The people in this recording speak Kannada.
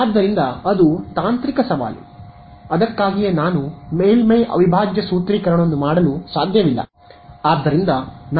ಆದ್ದರಿಂದ ಅದು ತಾಂತ್ರಿಕ ಸವಾಲು ಅದಕ್ಕಾಗಿಯೇ ನಾನು ಮೇಲ್ಮೈ ಅವಿಭಾಜ್ಯ ಸೂತ್ರೀಕರಣವನ್ನು ಮಾಡಲು ಸಾಧ್ಯವಿಲ್ಲ